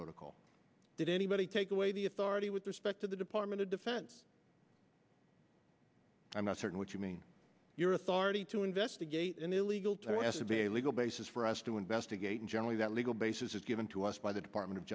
protocol did anybody take away the authority with respect to the department of defense i'm not certain what you mean your authority to investigate an illegal to ask of a legal basis for us to investigate and generally that legal basis is given to us by the department of